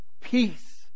peace